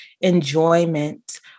enjoyment